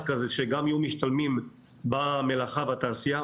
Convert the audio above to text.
כזה שגם יהיו משתלמים במלאכה והתעשייה,